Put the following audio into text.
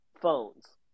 phones